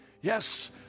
Yes